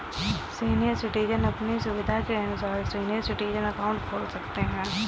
senior citizen अपनी सुविधा के अनुसार सीनियर सिटीजन अकाउंट खोल सकते है